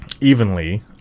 evenly